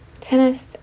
tennis